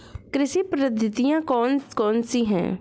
कृषि पद्धतियाँ कौन कौन सी हैं?